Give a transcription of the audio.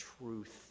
truth